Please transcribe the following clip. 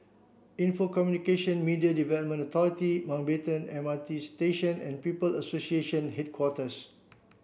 info Communication Media Development Authority Mountbatten M R T Station and People Association Headquarters